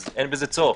אז אין בזה צורך.